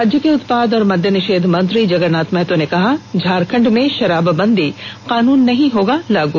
राज्य के उत्पाद और मद्य निषेध मंत्री जगरनाथ महतो ने कहा झारखंड में शराबबंदी कानून नहीं होगा लागू